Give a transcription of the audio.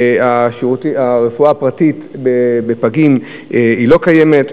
הרפואה הפרטית בפגים לא קיימת,